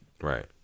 Right